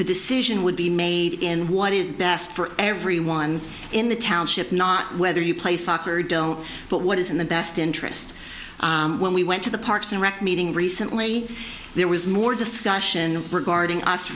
the decision would be made in what is best for everyone in the township not whether you play soccer don't but what is in the best interest when we went to the parks and rec meeting recently there was more discussion regarding us